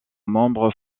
membre